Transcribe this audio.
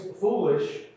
foolish